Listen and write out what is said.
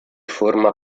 forma